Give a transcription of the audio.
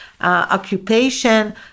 occupation